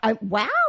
Wow